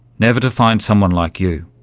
never to find someone like you.